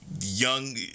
young